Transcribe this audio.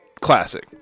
Classic